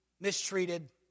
mistreated